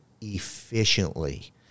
efficiently